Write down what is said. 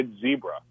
Zebra